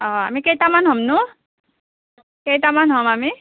অঁ আমি কেইটামান হ'মনো কেইটামান হ'ম আমি